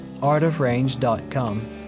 artofrange.com